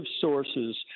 sources